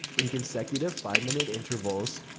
in consecutive five minute intervals,